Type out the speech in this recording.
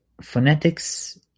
phonetics